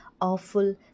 awful